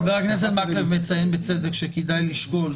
חבר הכנסת מקלב מציין בצדק שכדאי לשקול,